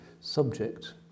subject